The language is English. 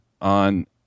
on